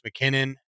McKinnon